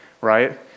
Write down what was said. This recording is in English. right